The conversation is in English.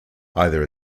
either